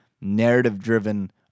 narrative-driven